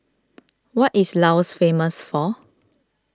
what is Laos famous for